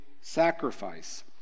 sacrifice